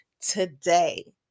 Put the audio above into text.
today